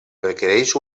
requerix